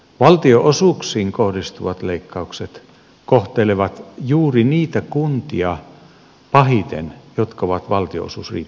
valtionosuuksiin kohdistuvat leikkaukset kohtelevat juuri niitä kuntia pahiten jotka ovat valtionosuusriippuvaisia